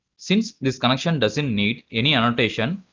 since this connection doesn't need any annotation.